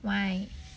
why